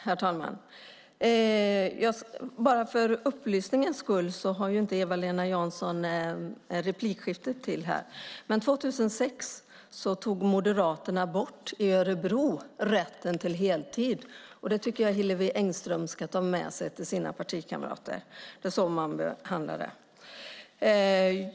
Herr talman! Bara som en upplysning: Eva-Lena Jansson har ingen rätt till ytterligare replik. År 2006 tog moderaterna i Örebro bort rätten till heltid. Hur man agerar där tycker jag att Hillevi Engström ska ta med sig till sina partikamrater.